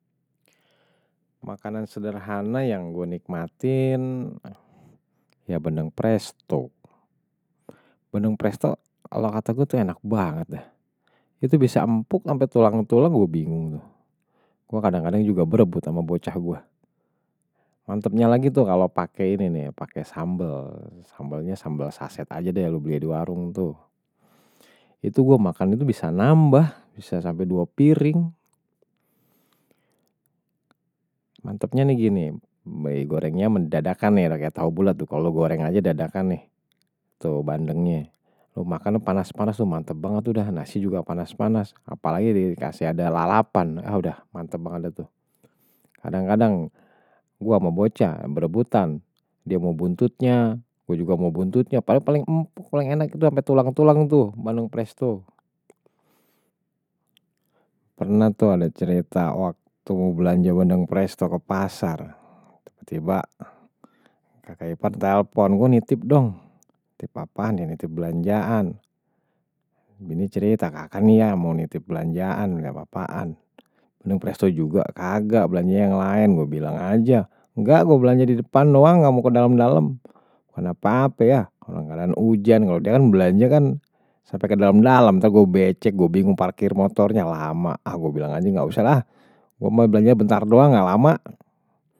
Makanan sederhana yang gue nikmatin, ya, bendeng presto. Bendeng presto, kalau kata gue tuh enak banget. Itu bisa empuk sampai tulang-tulang gue bingung tuh. Gue kadang-kadang juga berebut sama bocah gue. Mantapnya lagi tuh kalau pakai ini nih, pakai sambel. Sambelnya sambel saset aja deh, lu beli di warung tuh. Itu gue makan itu bisa nambah, bisa sampai dua piring. Mantapnya nih gini, gorengnya mendadakan nih, udah kayak tahu bulat. Kalau lo goreng aja, dadakan nih. Tuh, bendengnya. Lo makan panas-panas, mantap banget tuh dah. Nasi juga panas-panas. Apalagi dikasih ada lalapan. Ah udah, mantap banget deh tuh. Kadang-kadang, gue sama bocah, berebutan. Dia mau buntutnya, gue juga mau buntutnya. Apalagi paling enak itu, sampai tulang-tulang tuh, bendeng presto. Pernah tuh ada cerita waktu belanja bendeng presto ke pasar. Tiba-tiba, kakak ipar telepon, gue nih tip dong. Titip apaan ya, tip belanjaan. Bini cerita kakaknya, mau tip belanjaan, nggak apa-apaan. Bendeng presto juga, kagak, belanja yang lain, gue bilang aja. Nggak, gue belanja di depan doang, nggak mau ke dalam-dalam. Gak ada apa-apa ya, kalau nggak ada ujan. Kalau dia kan belanja kan, sampai ke dalam-dalam, ntar gue becek, gue bingung parkir motornya lama. Ah, gue bilang aja, nggak usah lah. Gue mau belanja bentar doang, nggak lama.